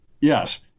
Yes